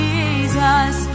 Jesus